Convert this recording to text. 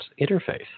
interface